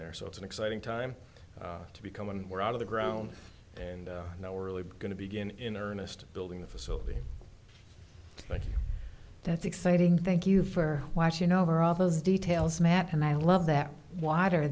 there so it's an exciting time to become when we're out of the ground and now we're really going to begin in earnest building the facility but that's exciting thank you for watching over all those details matt and i love that water